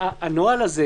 בכלל.